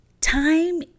time